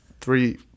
three